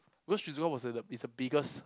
cause Shizuoka was the is the biggest